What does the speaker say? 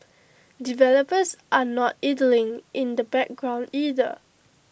developers are not idling in the background either